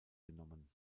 genommen